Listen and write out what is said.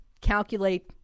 calculate